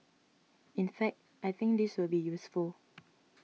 in fact I think this will be useful